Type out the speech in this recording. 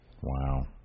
Wow